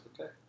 okay